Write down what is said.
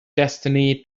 destiny